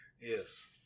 Yes